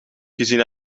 gezien